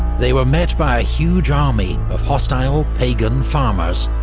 they were met by a huge army of hostile, pagan farmers.